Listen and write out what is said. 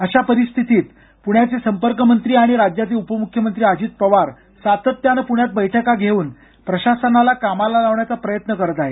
अशा परिस्थितीत प्ण्याचे संपर्कमंत्री आणि उपमुख्यमंत्री अजित पवार सातत्यानं पुण्यात बैठक घेऊन प्रशासनाला कामाला लावण्याचा प्रयत्न करत आहेत